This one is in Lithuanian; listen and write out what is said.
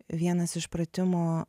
vienas iš pratimų